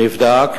נבדק,